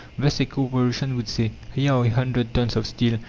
thus a corporation would say here are a hundred tons of steel.